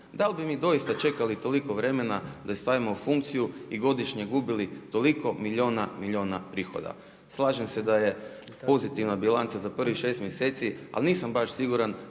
dal bi mi doista čekali toliko vremena da ju stavimo u funkciju i godišnje gubili toliko milijuna i milijuna prihoda. Slažem se da je pozitivna bilanca za prvih 6 mjeseci, ali nisam baš siguran